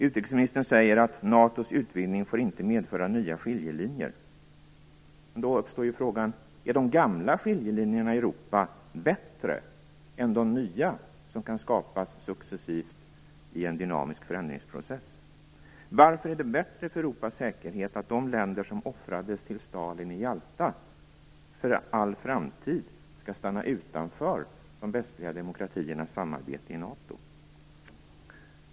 Utrikesministern säger: "NATO:s utvidgning får inte medföra nya skiljelinjer -." Men då uppstår frågan: Är de gamla skiljelinjerna i Europa bättre än de nya som kan skapas successivt i en dynamisk förändringsprocess? Varför är det bättre för Europas säkerhet att de länder som offrades till Stalin i Jalta för all framtid skall stanna utanför de västliga demokratiernas samarbete i NATO?